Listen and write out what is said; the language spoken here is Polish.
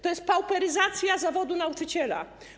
To jest pauperyzacja zawodu nauczyciela.